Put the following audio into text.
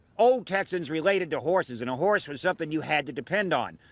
old texans related to horses and a horse was something you had to depend on.